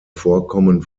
vorkommen